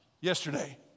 yesterday